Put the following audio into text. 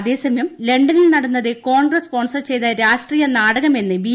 അതേസമയം ലണ്ടനിൽ നടന്നത് കോൺഗ്രസ് സ്പോർസർ ചെയ്ത രാഷ്ട്രീയ നാടകമെന്ന് ബി